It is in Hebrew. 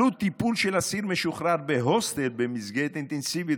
עלות טיפול באסיר משוחרר בהוסטל במסגרת אינטנסיבית